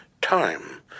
time